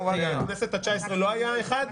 בכנסת התשע עשרה לא היה אחד?